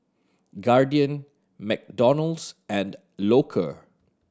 Guardian McDonald's and Loacker